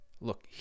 look